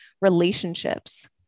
relationships